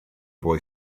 boy